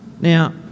Now